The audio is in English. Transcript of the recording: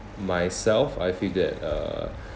myself I feel that uh